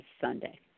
Sunday